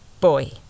Boy